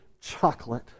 chocolate